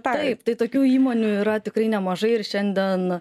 taip tai tokių įmonių yra tikrai nemažai ir šiandien